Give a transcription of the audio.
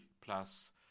plus